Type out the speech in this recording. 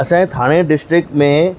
असां जे थाणे डिस्ट्रिक्ट में